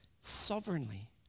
sovereignly